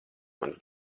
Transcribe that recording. mans